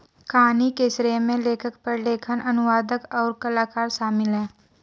कहानी के श्रेय में लेखक, प्रलेखन, अनुवादक, और कलाकार शामिल हैं